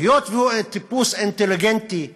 היות שהוא טיפוס אינטליגנטי ומוסרי,